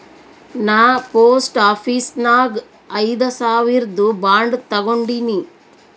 ನಾ post office ನಾಗ್ ಐಯ್ದ ಸಾವಿರ್ದು ಬಾಂಡ್ ತಗೊಂಡಿನಿ